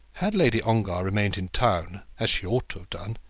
had lady ongar remained in town, as she ought to have done,